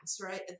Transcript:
right